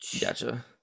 gotcha